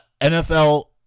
NFL